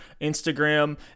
Instagram